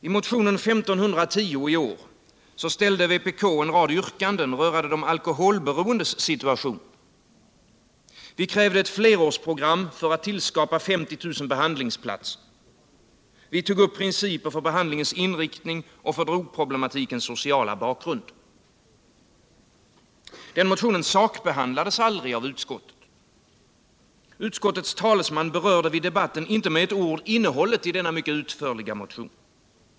I motionen 1510 i år ställde vpk en rad yrkanden rörande de alkoholberoendes situation. Vi krävde ett flerårsprogram för att tillskapa 50 000 behandlingsplatser. Vi tog upp principer för behandlingens inriktning och för drogproblematikens sociala bakgrund. Den motionen sakbehandlades aldrig av utskottet. Utskottets talesman berörde i debatten inte med ett ord innehållet i denna mycket utförliga motion.